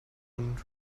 und